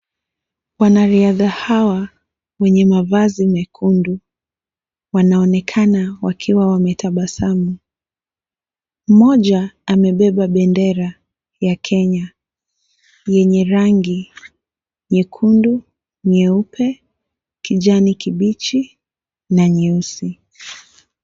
Wanariadha hawa wenye mavazi mekundu, wanaonekana wakiwa wametabasamu. Mmoja amebeba bendera ya Kenya yenye rangi nyekundu , nyeupe, kijani kibichi na nyeusi.